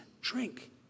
drink